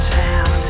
town